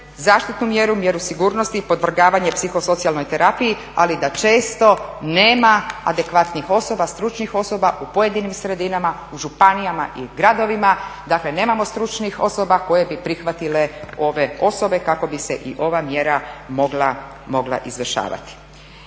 zaštitnu mjeru, mjeru sigurnosti i podvrgavanje psihosocijalnoj terapiji ali da često nema adekvatnih osoba, stručnih osoba u pojedinim sredinama, u županijama i gradovima dakle nemamo stručnih osoba koje bi prihvatile ove osobe kako bi se i ova mjera mogla izvršavati.